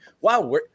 wow